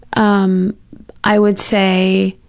um i would say,